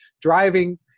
driving